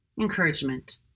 Encouragement